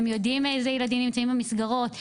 הם יודעים איזה ילדים נמצאים במסגרות,